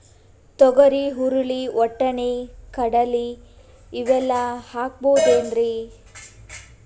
ತೊಗರಿ, ಹುರಳಿ, ವಟ್ಟಣಿ, ಕಡಲಿ ಇವೆಲ್ಲಾ ಹಾಕಬಹುದೇನ್ರಿ?